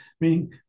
meaning